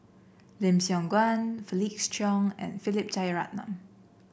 Lim Siong Guan Felix Cheong and Philip Jeyaretnam